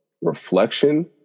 reflection